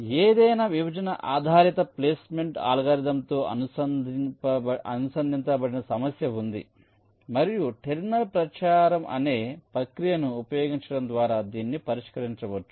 ఏదైనా విభజన ఆధారిత ప్లేస్మెంట్ అల్గారిథమ్తో అనుబంధిత సమస్య ఉంది మరియు టెర్మినల్ ప్రచారం అనే ప్రక్రియను ఉపయోగించడం ద్వారా దీనిని పరిష్కరించవచ్చు